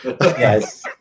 Yes